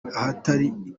ahatari